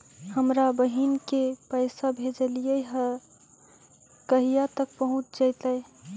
हमरा बहिन के पैसा भेजेलियै है कहिया तक पहुँच जैतै?